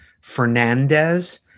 Fernandez